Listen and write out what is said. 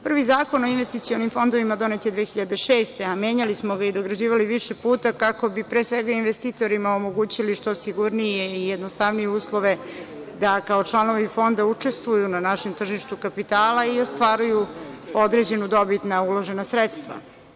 Prvi Zakon o investicionim fondovima donet je 2006. godine, a menjali smo ga i dograđivali više puta kako bi pre svega investitorima omogućili što sigurnije i jednostavnije uslove da kao članovi Fonda učestvuju na našem tržištu kapitala i ostvaruju određenu dobit na uložena sredstva.